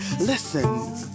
listen